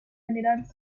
general